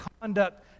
conduct